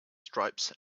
stripes